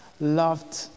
loved